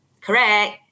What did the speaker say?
correct